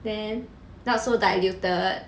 then not so diluted